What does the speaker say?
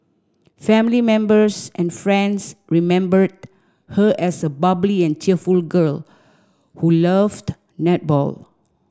family members and friends remembered her as a bubbly and cheerful girl who loved netball